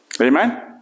Amen